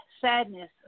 sadness